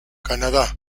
canadá